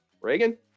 Reagan